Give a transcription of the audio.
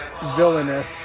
villainous